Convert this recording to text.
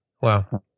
Wow